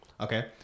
Okay